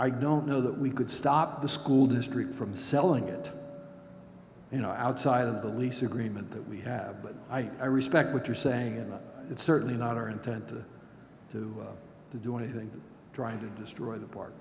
i don't know that we could stop the school district from selling it you know outside of the lease agreement that we have but i i respect what you're saying and it's certainly not our intent to do to do anything trying to destroy the